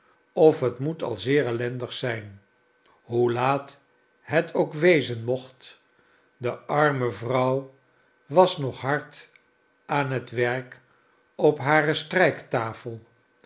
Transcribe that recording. of het moet al zeer ellendig zijn hoe laat het ook wezen mocht de arme vrouw was nog hard aan het werk op hare strijktafel